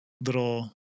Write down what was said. little